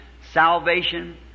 salvation